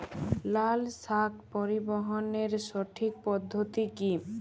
লালশাক পরিবহনের সঠিক পদ্ধতি কি?